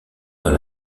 dans